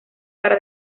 para